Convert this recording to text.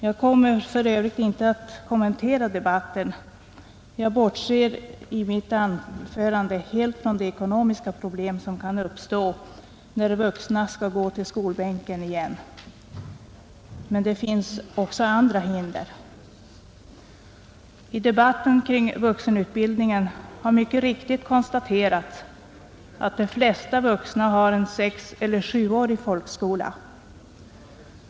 Jag kommer i övrigt inte att kommentera debatten och bortser i mitt anförande helt från de ekonomiska problem som kan uppstå när vuxna skall sätta sig på skolbänken igen. Men det finns också andra hinder, I debatten kring vuxenutbildningen har mycket riktigt konstaterats att de flesta vuxna har en sexeller sjuårig folkskola.